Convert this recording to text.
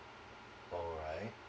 all right